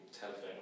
telephone